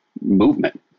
movement